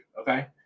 Okay